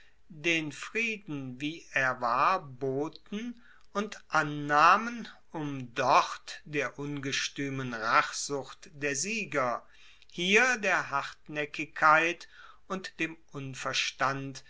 den frieden wie er war boten und annahmen um dort der ungestuemen rachsucht der sieger hier der hartnaeckigkeit und dem unverstand